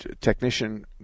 technician